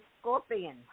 scorpion